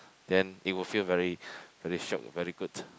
then it will feel very very shiok very good